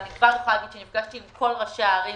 אני כבר יכולה להגיד שנפגשתי עם כל ראשי הערים,